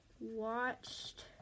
watched